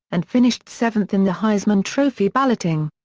and finished seventh in the heisman trophy balloting.